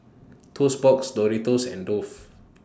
Toast Box Doritos and Dove